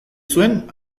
zuen